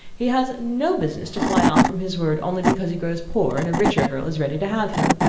he has no business to fly off from his word only because he grows poor, and a richer girl is ready to have him.